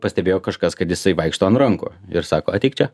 pastebėjo kažkas kad jisai vaikšto ant rankų ir sako ateik čia